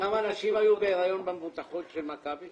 כמה נשים היו בהריון במבוטחות של מכבי